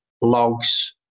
logs